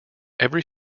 every